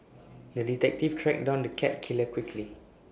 the detective tracked down the cat killer quickly